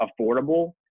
affordable